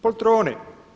Poltroni.